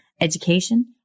education